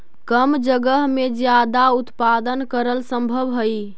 कम जगह में ज्यादा उत्पादन करल सम्भव हई